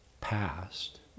past